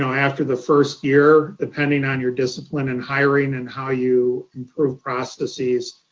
so after the first year, depending on your discipline in hiring and how you improve processes,